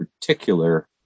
particular